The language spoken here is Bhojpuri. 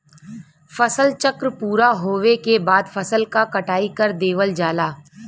फसल चक्र पूरा होवे के बाद फसल क कटाई कर देवल जाला